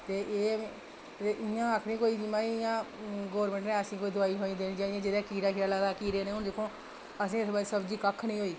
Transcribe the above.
ते इ'यां आखनी मतलब इ'यां गौरमेंट नै कोई ऐसी दोआई देनी चाहिदी जेह्दे कन्नै कीड़ा लगदा ते कीड़े कन्नै दिक्खो आं असें ई इस बारी सब्जी कक्ख निं होई